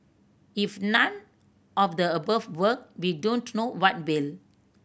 if none of the above work we don't know what will